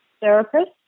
therapist